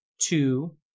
two